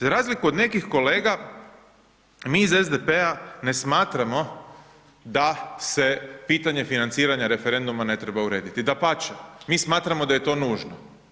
Za razliku od nekih kolega, mi iz SDP-a ne smatramo da se pitanje financiranja referenduma ne treba urediti, dapače, mi smatramo da je to nužno.